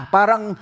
Parang